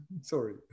Sorry